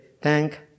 Thank